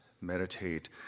meditate